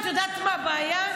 את יודעת מה הבעיה,